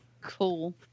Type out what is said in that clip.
cool